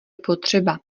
potřeba